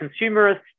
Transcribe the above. consumerist